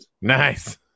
nice